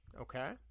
Okay